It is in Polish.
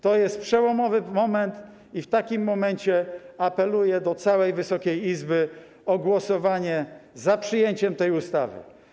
To jest przełomowy moment i w takim momencie apeluję do całej Wysokiej Izby o głosowanie za przyjęciem tej ustawy.